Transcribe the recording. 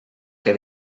que